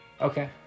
Okay